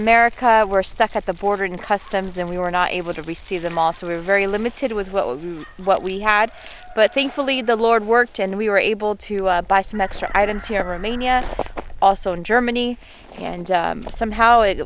america were stuck at the border and customs and we were not able to receive them all so we were very limited with what we had but thankfully the lord worked and we were able to buy some extra items here for mania also in germany and somehow it